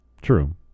true